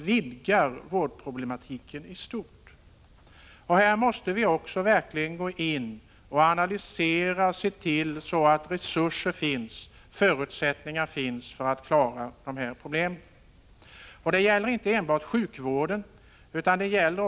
Vi måste analysera dessa frågeställningar och se till att det finns förutsättningar och resurser för att klara de problem som uppkommer.